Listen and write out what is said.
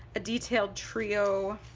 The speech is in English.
a detailed trio,